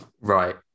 Right